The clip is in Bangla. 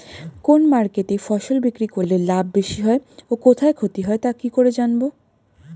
কোন মার্কেটে ফসল বিক্রি করলে লাভ বেশি হয় ও কোথায় ক্ষতি হয় তা কি করে জানবো?